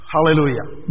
Hallelujah